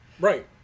Right